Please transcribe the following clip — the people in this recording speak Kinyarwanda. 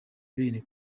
bene